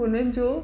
हुननि जो